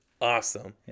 awesome